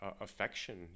affection